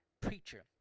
preacher